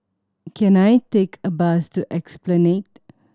can I take a bus to Esplanade